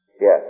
Yes